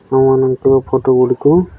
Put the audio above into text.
ଆମମାନଙ୍କ ଫଟୋଗୁଡ଼ିକୁ